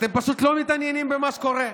אתם פשוט לא מתעניינים במה שקורה.